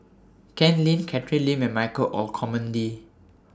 Ken Lim Catherine Lim and Michael Olcomendy